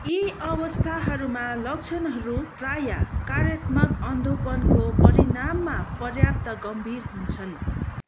यी अवस्थाहरूमा लक्षणहरू प्राय कार्यात्मक अन्धोपनको परिणाममा पर्याप्त गम्भीर हुन्छन्